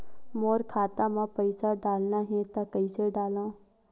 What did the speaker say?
मोर खाता म पईसा डालना हे त कइसे डालव?